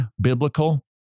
biblical